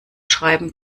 schreiben